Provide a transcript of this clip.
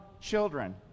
children